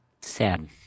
Sad